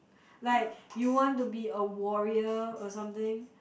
like you want to be a warrior or something